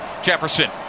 Jefferson